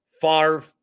Favre